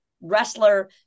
wrestler